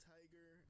Tiger